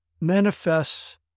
manifests